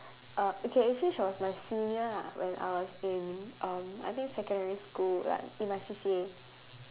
uh okay actually she was my senior lah when I was in um I think secondary school like in my C_C_A